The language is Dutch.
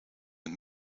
een